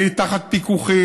תחת פיקוחי,